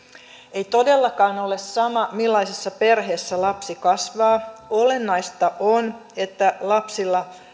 ei todellakaan ole sama millaisessa perheessä lapsi kasvaa olennaista on että lapsilla